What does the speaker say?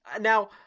now